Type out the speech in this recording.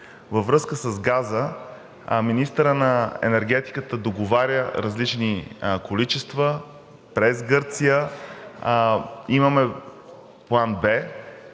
Във връзка с газа министърът на енергетиката договаря различни количества през Гърция. Имаме план